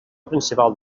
principal